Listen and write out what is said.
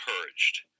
encouraged